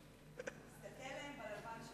תסתכל להם בלבן של